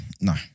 no